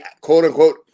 quote-unquote